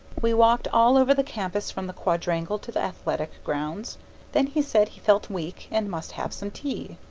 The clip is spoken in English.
we walked all over the campus from the quadrangle to the athletic grounds then he said he felt weak and must have some tea.